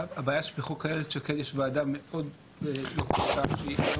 הבעיה שבחוק איילת שקד יש ועדה מאוד לא --- שההרכב